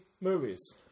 movies